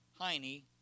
Heine